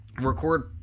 Record